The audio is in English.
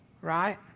right